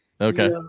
Okay